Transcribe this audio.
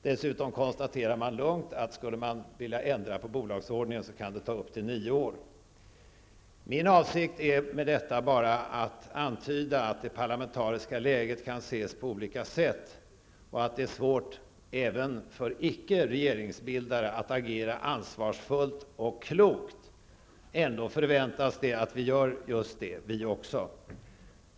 Dessutom konstaterar man lugnt att skulle man vilja ändra på bolagsordningen kan det ta upp till nio år. Min avsikt med detta är bara att antyda att det parlamentariska läget kan ses på olika sätt och att det är svårt även för icke regeringsbildare att agera ansvarsfullt och klokt. Ändå förväntas det att vi gör just det, vi också.